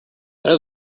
that